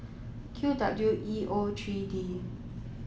Q W E O three D